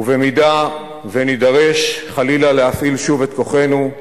ובמידה שנידרש חלילה להפעיל שוב את כוחנו,